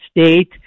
state